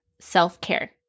self-care